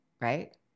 Right